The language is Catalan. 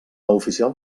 oficial